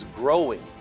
growing